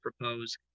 propose